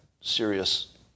serious